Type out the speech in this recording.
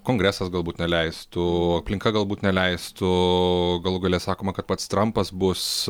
kongresas galbūt neleistų aplinka galbūt neleistų galų gale sakoma kad pats trampas bus